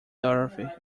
dorothy